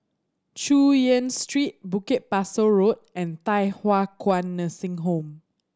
Chu Yen Street Bukit Pasoh Road and Thye Hua Kwan Nursing Home